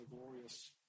glorious